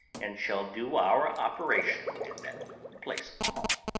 and shall do our operation and then replace all,